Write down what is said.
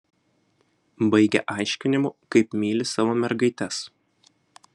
baigia aiškinimu kaip myli savo mergaites